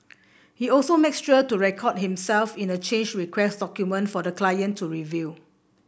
he also makes sure to record himself in a change request document for the client to review